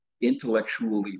intellectually